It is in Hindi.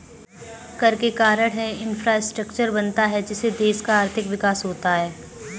कर के कारण है इंफ्रास्ट्रक्चर बनता है जिससे देश का आर्थिक विकास होता है